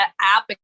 app